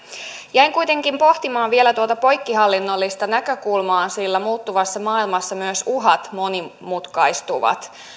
jäin kuitenkin vielä pohtimaan tuota poikkihallinnollista näkökulmaa sillä muuttuvassa maailmassa myös uhat monimutkaistuvat